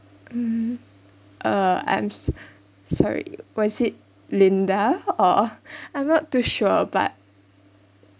hmm uh I'm sorry was it linda or I'm not too sure but